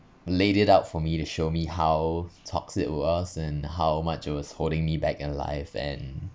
laid it out for me to show me how toxic was and how much it was holding me back in life and